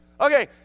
Okay